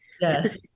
Yes